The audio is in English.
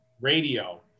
radio